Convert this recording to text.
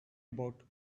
about